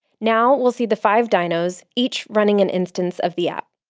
now we'll see the five dynos, each running an instance of the app.